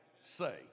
say